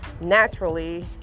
naturally